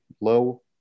low